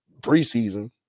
preseason